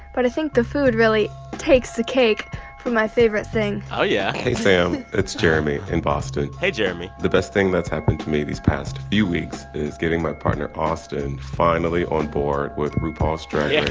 but i think the food really takes the cake for my favorite thing yeah hey, sam. it's jeremy in boston hey, jeremy the best thing that's happened to me these past few weeks is getting my partner, austin, finally on board with rupaul's drag yeah